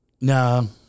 No